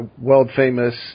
world-famous